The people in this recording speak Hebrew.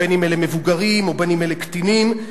בין שאלה מבוגרים ובין שאלה קטינים.